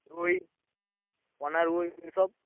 রুই পোনা রুই এই সব